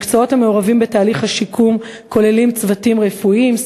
המקצועות המעורבים בתהליך השיקום כוללים צוותים רפואיים,